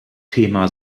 thema